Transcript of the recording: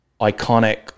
iconic